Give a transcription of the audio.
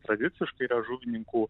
tradiciškai yra žuvininkų